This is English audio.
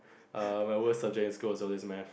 err my worst subject in school was always maths